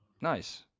Nice